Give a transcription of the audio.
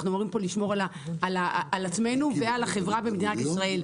אנחנו אמורים פה לשמור על עצמנו ועל החברה במדינת ישראל.